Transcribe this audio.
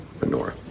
menorah